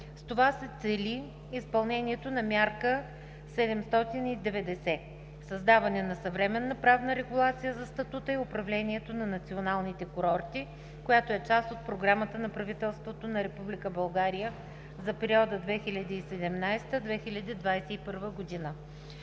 С това се цели изпълнението на „Мярка 790: Създаване на съвременна правна регулация за статута и управлението на националните курорти“, която е част от Програмата на Правителството на Република България за периода 2017 – 2021 г.